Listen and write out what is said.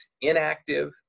inactive